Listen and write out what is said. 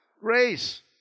Grace